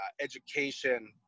education